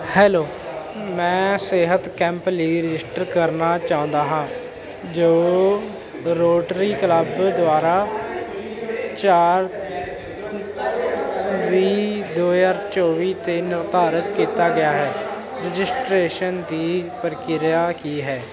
hello ਮੈਂ ਸਿਹਤ camp ਲਈ ਰਜਿਸਟਰ ਕਰਨਾ ਚਾਹੁੰਦਾ ਹਾਂ ਜੋ ਰੋਟਰੀ ਕਲੱਬ ਦੁਆਰਾ ਚਾਰ ਵੀਹ ਦੋ ਹਜ਼ਾਰ ਚੌਵੀ 'ਤੇ ਨਿਰਧਾਰਤ ਕੀਤਾ ਗਿਆ ਹੈ ਰਜਿਸਟ੍ਰੇਸ਼ਨ ਦੀ ਪ੍ਰਕਿਰਿਆ ਕੀ ਹੈ